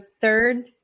third